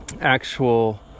actual